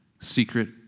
Secret